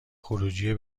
خروجی